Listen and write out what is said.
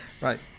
right